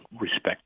respect